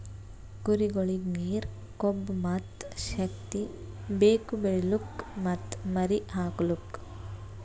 ಕುರಿಗೊಳಿಗ್ ನೀರ, ಕೊಬ್ಬ ಮತ್ತ್ ಶಕ್ತಿ ಬೇಕು ಬೆಳಿಲುಕ್ ಮತ್ತ್ ಮರಿ ಹಾಕಲುಕ್